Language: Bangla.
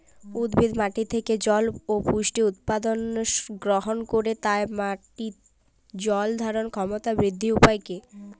উদ্ভিদ মাটি থেকে জল ও পুষ্টি উপাদান গ্রহণ করে তাই মাটির জল ধারণ ক্ষমতার বৃদ্ধির উপায় কী?